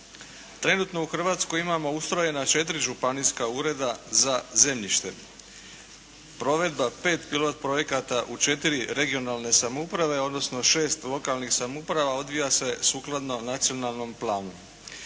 Trenutno u Hrvatskoj imamo ustrojena četiri županijska ureda za zemljište. Provedba pet pilot projekata u četiri regionalne samouprave, odnosno šest lokalnih samouprava odvija se sukladno nacionalnom planu.